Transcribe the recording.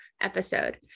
episode